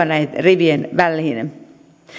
näiden rivien väliin